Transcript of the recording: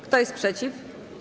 Kto jest przeciw?